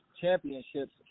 championships